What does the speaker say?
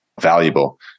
valuable